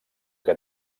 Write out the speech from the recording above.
que